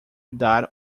dar